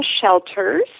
shelters